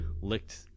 licked